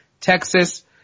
Texas